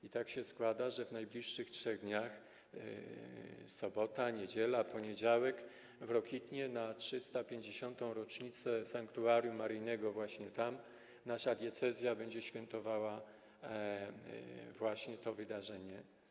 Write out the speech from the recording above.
I tak się składa, że w najbliższych trzech dniach: sobota, niedziela, poniedziałek w Rokitnie na 350. rocznicę sanktuarium maryjnego właśnie tam nasza diecezja będzie świętowała to wydarzenie.